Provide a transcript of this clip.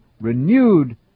renewed